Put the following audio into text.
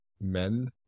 men